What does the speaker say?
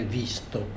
visto